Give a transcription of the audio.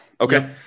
Okay